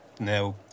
now